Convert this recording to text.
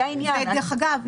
דרך אגב,